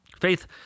faith